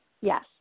yes